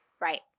Right